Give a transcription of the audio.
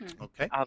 okay